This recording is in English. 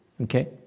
Okay